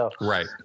Right